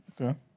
Okay